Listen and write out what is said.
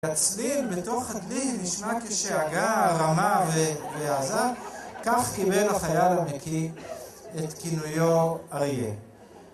הצליל מתוך הדלי נשמע כשאגה רמה ועזה כך קיבל החייל המקיא את כינויו אריה